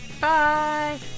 Bye